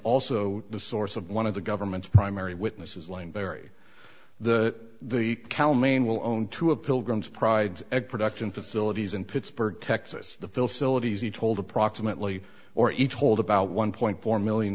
also the source of one of the government's primary witnesses line bury the cow meanwhile own two a pilgrim's pride egg production facilities in pittsburgh texas the fill sillett easy told approximately or each hold about one point four million